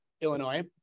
Illinois